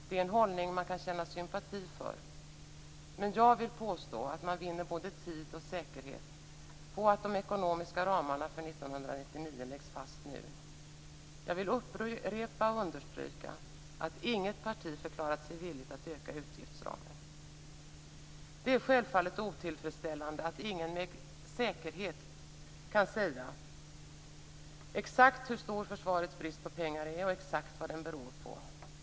Det är en hållning man kan känna sympati för, men jag vill påstå att man vinner både tid och säkerhet på att de ekonomiska ramarna för 1999 läggs fast nu. Jag vill upprepa och understryka att inget parti förklarat sig villigt att öka utgiftsramen. Det är självfallet otillfredsställande att ingen med säkerhet kan säga exakt hur stor försvarets brist på pengar är och exakt vad den beror på.